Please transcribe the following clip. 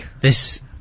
this-